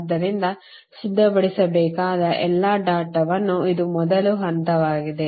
ಆದ್ದರಿಂದ ಸಿದ್ಧಪಡಿಸಬೇಕಾದ ಎಲ್ಲಾ ಡೇಟಾವನ್ನು ಇದು ಮೊದಲ ಹಂತವಾಗಿದೆ